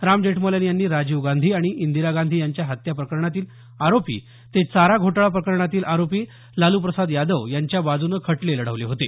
राम जेठमलानी यांनी राजीव गांधी आणि इंदिरा गांधी यांच्या हत्या प्रकरणातील आरोपी ते चारा घोटाळा प्रकरणातील आरोपी लालूप्रसाद यादव यांच्या बाजूने खटले लढवले होते